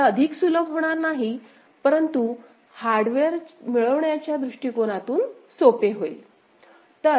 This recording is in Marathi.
हे अधिक सुलभ होणार नाही परंतु हार्डवेअर मिळविण्याच्या दृष्टीकोनातून सोपे होईल